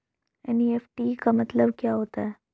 NEFT का मतलब क्या होता है?